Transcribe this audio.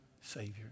Savior